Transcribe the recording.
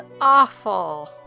awful